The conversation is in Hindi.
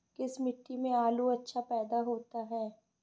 किस मिट्टी में आलू अच्छा पैदा होता है?